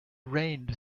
reigned